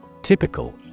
Typical